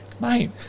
mate